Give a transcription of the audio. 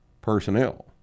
personnel